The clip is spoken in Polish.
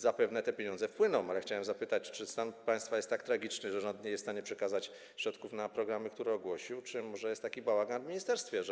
Zapewne te pieniądze wpłyną, ale chciałbym zapytać, czy stan państwa jest tak tragiczny, że rząd nie jest w stanie przekazać środków na programy, które ogłosił, czy może jest taki bałagan w ministerstwie,